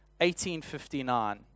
1859